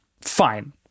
fine